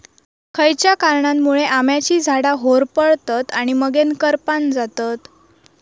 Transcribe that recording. खयच्या कारणांमुळे आम्याची झाडा होरपळतत आणि मगेन करपान जातत?